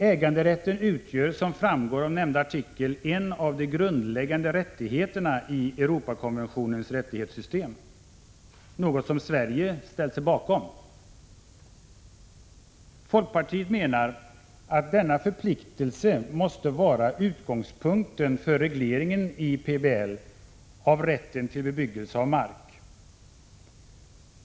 Äganderätten utgör, som framgår av artikeln, en av de grundläggande rättigheterna i Europakonventionens rättighetssystem — något som Sverige har ställt sig bakom. Folkpartiet menar att denna förpliktelse måste vara utgångspunkten för regleringen i planoch bygglagen av rätten till bebyggelse av mark.